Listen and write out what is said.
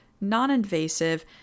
non-invasive